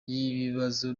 y’ibibazo